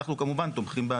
אנחנו כמובן תומכים בהצעה,